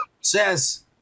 says